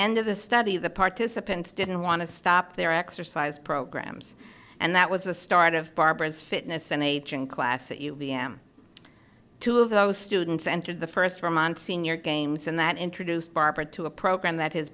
end of the study the participants didn't want to stop their exercise programs and that was the start of barbara's fitness and ageing class at u b m two of those students entered the first room monsignor games and that introduced barbara to a program that has